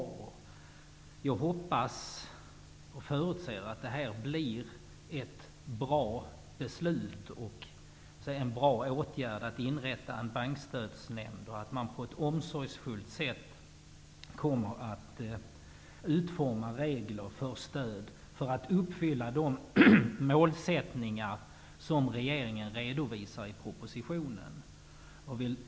Jag hoppas och förutser att detta blir ett bra beslut och att det blir en bra åtgärd att inrätta en bankstödsnämnd. Vidare hoppas jag att man på ett omsorgsfullt sätt kommer att utforma regler för utgivande av stöd, så att de målsättningar som regeringen redovisar i propositionen kan uppfyllas.